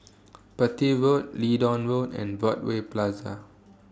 Petir Road Leedon Road and Broadway Plaza